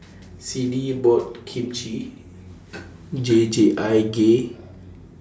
Siddie bought Kimchi Jjigae